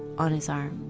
on his arm.